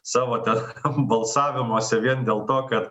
savo ten tam balsavimuose vien dėl to kad